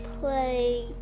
play